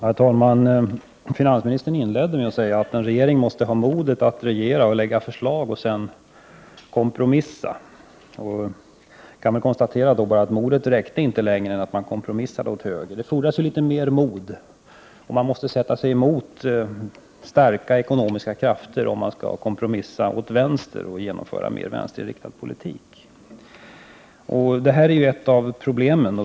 Herr talman! Finansministern inledde sitt anförande med att säga att en regering måste ha mod att regera och lägga fram förslag. Sedan gäller det att kompromissa. Jag kan då bara konstatera att modet inte räckte längre än till kompromisser åt höger. Det fordras alltså litet mera mod. Man måste motsätta sig de starka ekonomiska krafterna om man vill kompromissa åt vänster och genomföra en mera vänsterinriktad politik. Det här är ett av problemen.